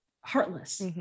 heartless